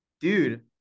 dude